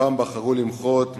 הפעם בחרו למחות,